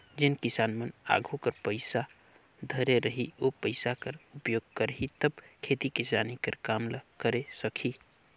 जेन किसान मन आघु कर पइसा धरे रही ओ पइसा कर उपयोग करही तब खेती किसानी कर काम ल करे सकही